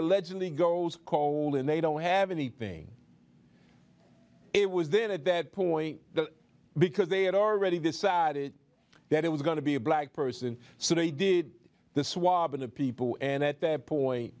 allegedly goes cold and they don't have anything it was then at that point the because they had already decided that it was going to be a black person so they did the swab in the people and at that point